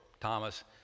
Thomas